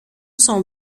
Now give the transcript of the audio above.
son